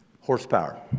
Horsepower